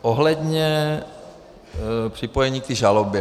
Ohledně připojení k té žalobě.